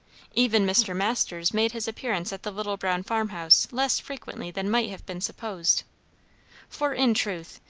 even mr. masters made his appearance at the little brown farm-house less frequently than might have been supposed for, in truth,